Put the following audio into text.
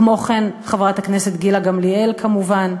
כמו כן חברת הכנסת גילה גמליאל, כמובן.